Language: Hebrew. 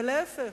ולהיפך,